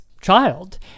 child